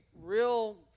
real